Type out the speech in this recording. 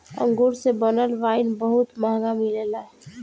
अंगूर से बनल वाइन बहुत महंगा मिलेला